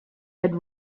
had